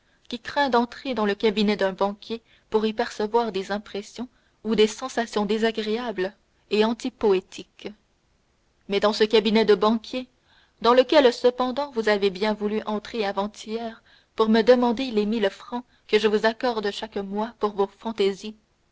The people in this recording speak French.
qui craint d'entrer dans le cabinet d'un banquier pour y percevoir des impressions ou des sensations désagréables et antipoétiques mais dans ce cabinet de banquier dans lequel cependant vous avez bien voulu entrer avant-hier pour me demander les mille francs que je vous accorde chaque mois pour vos fantaisies